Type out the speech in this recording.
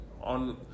on